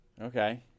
Okay